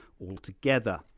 altogether